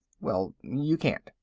well, you can't.